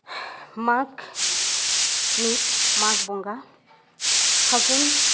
ᱢᱟᱜᱽ ᱢᱤᱫ ᱢᱟᱜᱽ ᱵᱚᱸᱜᱟ ᱯᱷᱟᱹᱜᱩᱱ